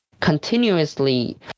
continuously